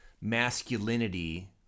Masculinity